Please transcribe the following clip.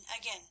again